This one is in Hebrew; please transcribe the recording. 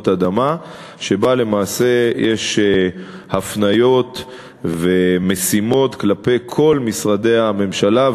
אדמה שבה יש למעשה הפניות ומשימות כלפי כל משרדי הממשלה,